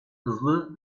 hızlı